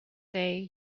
day